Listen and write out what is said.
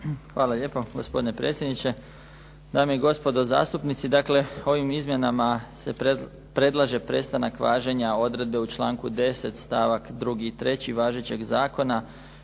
Hvala lijepo gospodine predsjedniče. Dame i gospodo zastupnici. Dakle, ovim izmjenama se predlaže prestanak važenja odredbe u članku 10. stavak 2. i 3. važećeg zakona